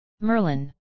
Merlin